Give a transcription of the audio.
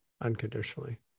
unconditionally